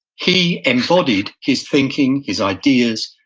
he embodied his thinking, his ideas.